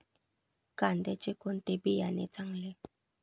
कांद्याचे कोणते बियाणे चांगले?